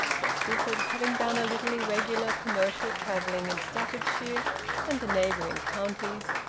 for stifford, having done a little irregular commercial travelling in staffordshire and the neighbouring counties,